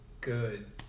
Good